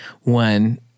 one